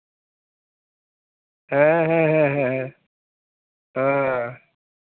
ᱦᱮᱸ ᱦᱮᱸ ᱦᱮᱸ ᱦᱮᱸ ᱦᱮᱸ